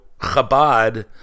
Chabad